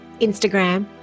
instagram